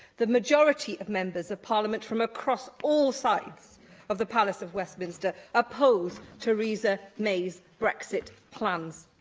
the majority of members of parliament from across all sides of the palace of westminster oppose theresa may's brexit plans.